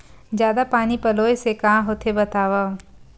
जादा पानी पलोय से का होथे बतावव?